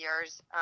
years